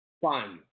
fun